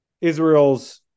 Israel's